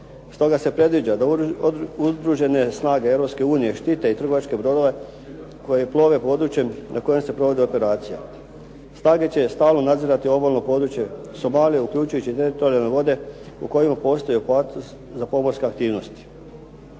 Stoga se predviđa da udružene snage Europske unije štite i trgovačke brodove koji plove područjem na kojem se provode operacije. Snage će stalno nadzirati obalno područje Somalije, uključujući i teritorijalne vode u kojima postoji opasnost za pomorske aktivnosti.